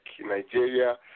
Nigeria